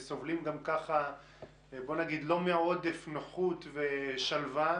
שסובלים גם ככה לא מעודף נוחות ושלווה.